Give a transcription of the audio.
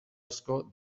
asko